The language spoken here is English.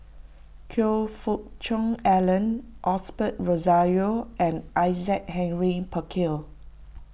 Choe Fook Cheong Alan Osbert Rozario and Isaac Henry Burkill